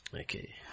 Okay